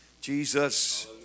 Jesus